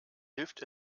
hilft